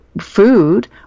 food